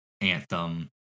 Anthem